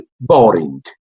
boring